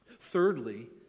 Thirdly